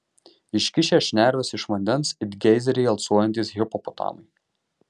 iškišę šnerves iš vandens it geizeriai alsuojantys hipopotamai